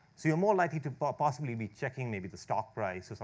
so you're more likely to but possibly be checking maybe the stock price,